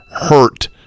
hurt